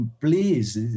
Please